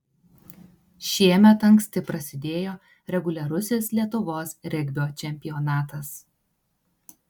šiemet anksti prasidėjo reguliarusis lietuvos regbio čempionatas